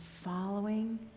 following